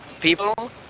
people